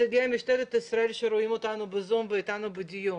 אני פונה לנציגי משטרת ישראל שרואים אותנו בזום ואיתנו בדיון,